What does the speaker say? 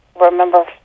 remember